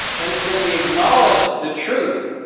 and it's when we acknowledge the truth